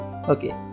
Okay